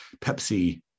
Pepsi